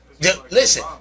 listen